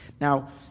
Now